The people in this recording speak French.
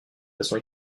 façon